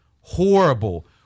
horrible